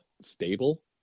stable